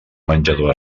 menjador